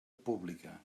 pública